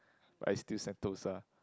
but it's still Sentosa